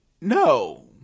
No